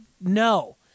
no